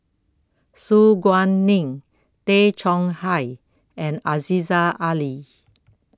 Su Guaning Tay Chong Hai and Aziza Ali